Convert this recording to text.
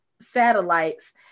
satellites